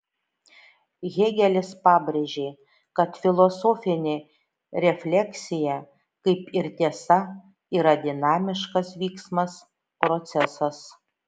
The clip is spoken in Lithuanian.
hėgelis pabrėžė kad filosofinė refleksija kaip ir tiesa yra dinamiškas vyksmas procesas